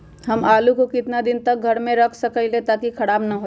हम आलु को कितना दिन तक घर मे रख सकली ह ताकि खराब न होई?